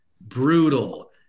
brutal